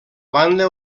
banda